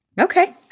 Okay